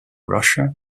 russia